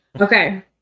Okay